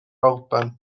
alban